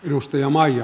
arvoisa puhemies